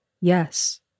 Yes